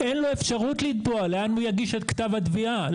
אין לו אפשרות לתבוע לאן הוא יגיש את כתב התביעה,